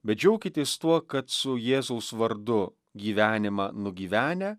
bet džiaukitės tuo kad su jėzaus vardu gyvenimą nugyvenę